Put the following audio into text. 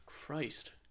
christ